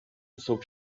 zog